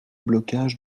blocage